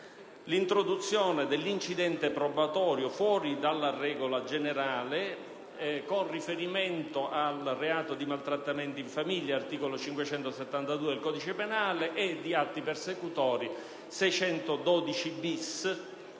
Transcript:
l'introduzione dell'incidente probatorio fuori dalla regola generale con riferimento al reato di maltrattamenti in famiglia (articolo 572) e di atti persecutori